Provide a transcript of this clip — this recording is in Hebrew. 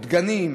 דגנים,